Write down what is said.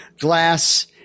glass